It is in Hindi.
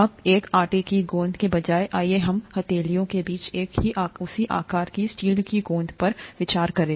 अब एक आटे की गेंद के बजाय आइए हम हथेलियों के बीच एक ही आकार की स्टील की गेंद पर विचार करें